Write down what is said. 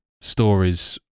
stories